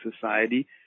Society